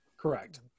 Correct